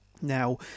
Now